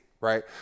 right